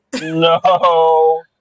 No